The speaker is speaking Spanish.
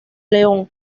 león